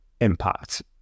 impact